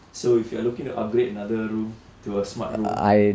so if you are looking to upgrade another room to a smart room